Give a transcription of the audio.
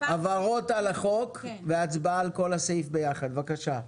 הבהרות על החוק והצבעה על כל הסעיף ביחד, בבקשה.